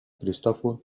cristòfol